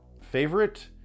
favorite